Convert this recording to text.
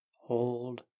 Hold